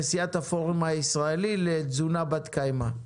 נשיאת הפורום הישראלי לתזונה בת קיימא.